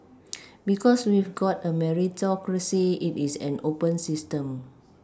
because we've got a Meritocracy it is an open system